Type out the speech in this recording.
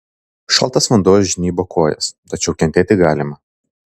šaltas vanduo žnybo kojas tačiau kentėti galima